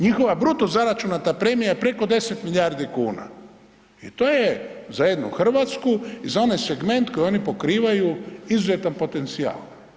Njihova bruto zaračunata premija je preko 10 milijardi kuna i to je za jednu Hrvatsku i za onaj segment koji oni pokrivaju izuzetan potencija.